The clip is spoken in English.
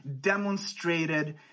demonstrated